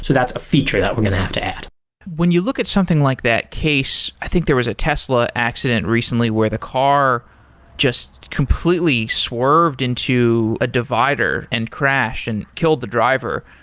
so that's a feature that we're going to have to add when you look at something like that case, i think there was a tesla accident recently where the car just completely swerved into a divider and crash and killed the driver.